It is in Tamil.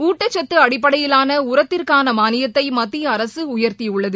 ஊட்டச்சத்து அடிப்படையிலானஉரத்திற்கானமானியத்தைமத்திய அரசுஉயர்த்தியுள்ளது